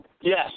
Yes